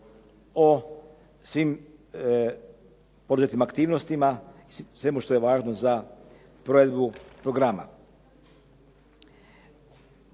o svim poduzetim aktivnostima i svemu što je važno za provedbu programa.